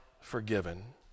forgiven